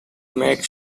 make